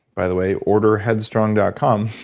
by the way, orderheadstrong dot com,